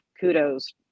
kudos